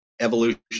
evolution